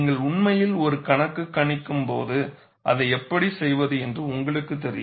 நீங்கள் உண்மையில் ஒரு கணக்கு கணிக்கும் போது அதை எப்படி செய்வது என்று உங்களுக்குத் தெரியும்